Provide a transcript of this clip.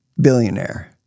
Billionaire